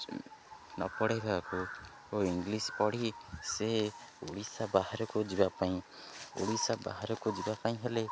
ନପଢ଼େଇବାକୁ ଓ ଇଂଲିଶ ପଢ଼ି ସେ ଓଡ଼ିଶା ବାହାରକୁ ଯିବା ପାଇଁ ଓଡ଼ିଶା ବାହାରକୁ ଯିବା ପାଇଁ ହେଲେ